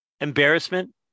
embarrassment